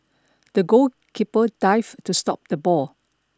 the goalkeeper dived to stop the ball